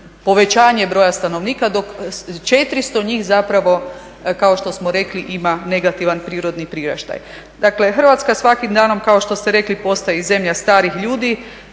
povećanje broja stanovnika dok 400 njih zapravo kao što smo rekli ima negativan prirodni priraštaj. Dakle, Hrvatska svakim danom kao što ste rekli postaje i zemlja starih ljudi.